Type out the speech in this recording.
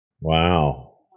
Wow